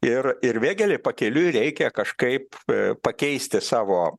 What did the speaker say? ir ir vėgėlei pakeliui reikia kažkaip pakeisti savo